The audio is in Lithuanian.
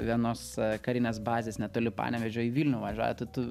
vienos karinės bazės netoli panevėžio į vilnių važiuoja tai tu